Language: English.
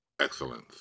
Excellence